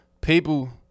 People